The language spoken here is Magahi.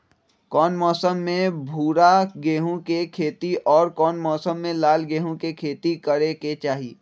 कौन मौसम में भूरा गेहूं के खेती और कौन मौसम मे लाल गेंहू के खेती करे के चाहि?